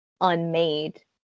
unmade